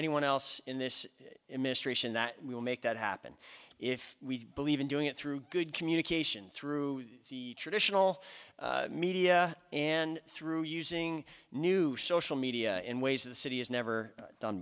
anyone else in this administration that we will make that happen if we believe in doing it through good communication through the traditional media and through using new social media in ways the city has never done